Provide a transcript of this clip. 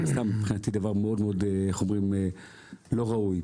שמבחינתי זה דבר מאוד מאוד לא ראוי.